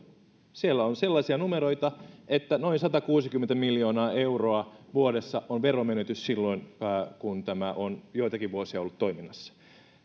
siellä on sellaisia numeroita että noin satakuusikymmentä miljoonaa euroa vuodessa on veromenetys silloin kun tämä on joitakin vuosia ollut toiminnassa